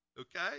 Okay